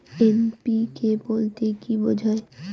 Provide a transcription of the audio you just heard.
NPK বলতে কী বোঝায়?